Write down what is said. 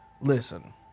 listen